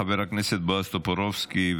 חבר הכנסת בועז טופורובסקי.